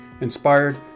Inspired